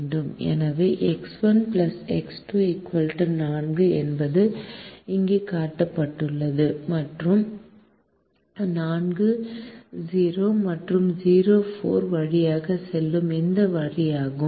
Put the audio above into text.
எனவே X1 X2 4 என்பது இங்கே காட்டப்பட்டுள்ள 4 0 மற்றும் 0 4 வழியாக செல்லும் இந்த வரியாகும்